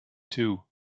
two